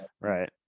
right